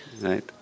Right